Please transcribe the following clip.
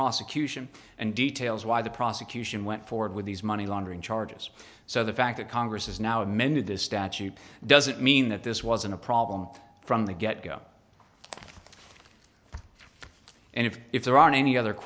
prosecution and details why the prosecution went forward with these money laundering charges so the fact that congress is now amended this statute doesn't mean that this wasn't a problem from the get go and if if there are any other